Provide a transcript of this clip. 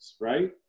right